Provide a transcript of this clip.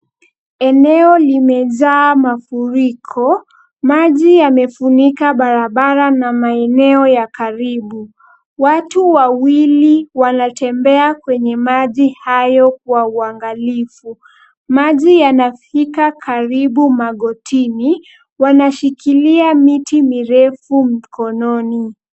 Eneo limejaa mafuriko, maji yamefunika barabara na maeneo ya karibu. Watu wawili wanatembea kwenye maji hayo kwa uangalifu. Maji yanafika karibu magotini, wanashikilia miti mirefu mkononi.